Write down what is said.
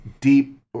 deep